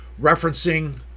referencing